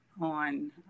on